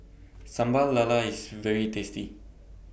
Sambal Lala IS very tasty